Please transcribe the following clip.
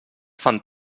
fan